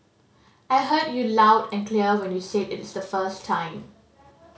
I heard you loud and clear when you said it the first time